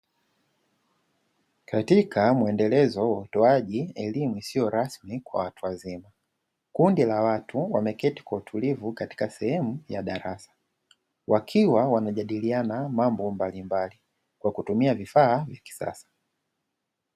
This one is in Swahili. Katika muendelezo wa utoaji elimu isiyo rasmi kwa watu wazima, kundi la watu wameketi kwa utulivu katika sehemu ya darasa wakiwa wanajadiliana mambo mbalimbali kwa kutumia vifaa vya kisasa.